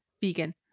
Vegan